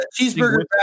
cheeseburger